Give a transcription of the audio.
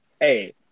hey